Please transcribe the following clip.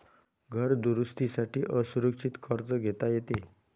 घर दुरुस्ती साठी असुरक्षित कर्ज घेता येते